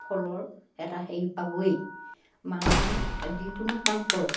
ফলৰ এটা হেৰি পাবই মানুহে যিকোনো কাম কৰক